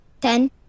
Ten